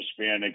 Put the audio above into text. Hispanics